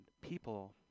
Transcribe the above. people